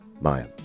Maya